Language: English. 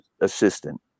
assistant